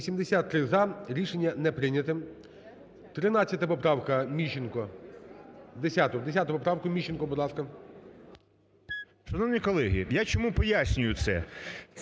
Шановні колеги, я чому пояснюю це.